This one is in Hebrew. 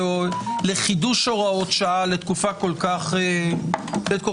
לחידוש הוראות שעה לתקופה כל כך ארוכה,